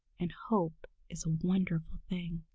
and hope is a wonderful thing.